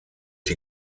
die